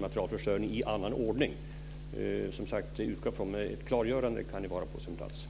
materielförsörjning i annan ordning. Jag utgår som sagt från det, men ett klargörande kan vara på sin plats.